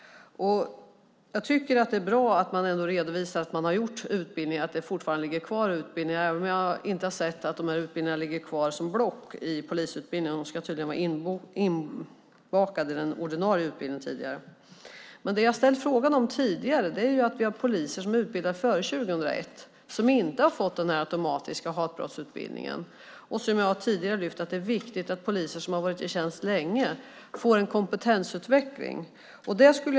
Jag tycker att det är bra att man kan redovisa att utbildningarna fortfarande finns kvar, även om jag inte sett att dessa utbildningar ligger kvar som block i polisutbildningen. De ska tydligen vara inbakade i den ordinarie utbildningen. Det jag har ställt en fråga om tidigare är att vi har poliser som är utbildade före 2001 som inte har fått den automatiska hatbrottsutbildningen. Som jag tidigare lyft fram är det viktigt att poliser som har varit i tjänst länge får en kompetensutveckling.